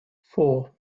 four